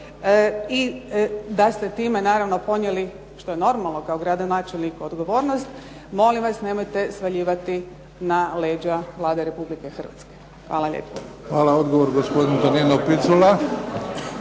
i da ste time naravno ponijeli, što je normalno kao gradonačelnik, odgovornosti, molim vas nemojte svaljivati na leđa Vlade Republike Hrvatske. Hvala lijepo. **Bebić, Luka (HDZ)** Hvala. Odgovor, gospodin Tonino Picula.